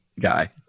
guy